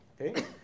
okay